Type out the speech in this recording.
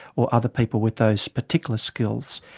or other people with those particular skills.